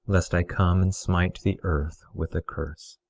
lest i come and smite the earth with a curse.